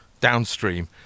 downstream